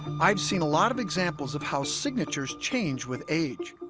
i've seen a lot of examples of how signatures change with age